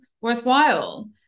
worthwhile